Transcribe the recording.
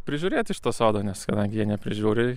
prižiūrėti šitą sodą nes kadangi jie neprižiūri